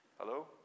Hello